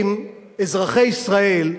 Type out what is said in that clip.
אמורים אזרחי ישראל,